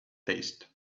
taste